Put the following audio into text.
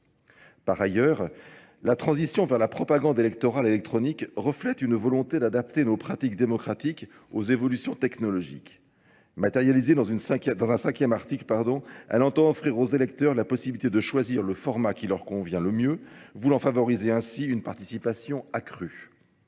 Par ailleurs, la transition vers la propagande électorale électronique reflète une volonté d'adapter nos pratiques démocratiques aux évolutions technologiques. Matérialisée dans un cinquième article, elle entend offrir aux électeurs la possibilité de choisir le format qui leur convient le mieux, voulant favoriser ainsi une participation accrue.